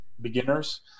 beginners